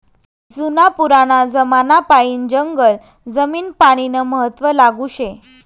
जुना पुराना जमानापायीन जंगल जमीन पानीनं महत्व लागू शे